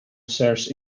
shares